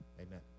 Amen